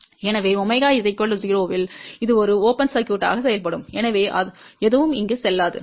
எனவே ω 0 இல் இது ஒரு திறந்த சுற்றுகளாக செயல்படும் எனவே எதுவும் அங்கு செல்லாது